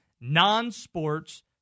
non-sports